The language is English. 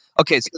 Okay